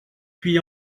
puy